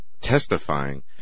testifying